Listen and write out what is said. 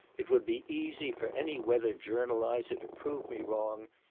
it would be easy for any weather journaliser to prove me wrong,